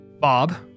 Bob